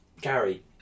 Gary